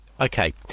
okay